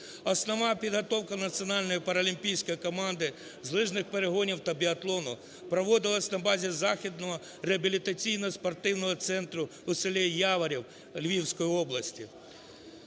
Основна підготовка національної паралімпійської команди з лижних перегонів та біатлону проводилась на базі Західного реабілітаційно-спортивного центру у селі Яворів Львівської області